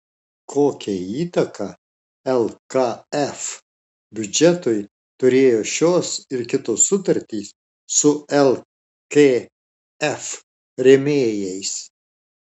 kokią įtaką lkf biudžetui turėjo šios ir kitos sutartys su lkf rėmėjais